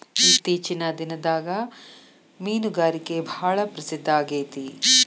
ಇತ್ತೇಚಿನ ದಿನದಾಗ ಮೇನುಗಾರಿಕೆ ಭಾಳ ಪ್ರಸಿದ್ದ ಆಗೇತಿ